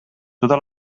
tota